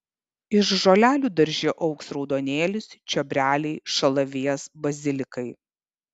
iš žolelių darže augs raudonėlis čiobreliai šalavijas bazilikai